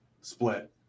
split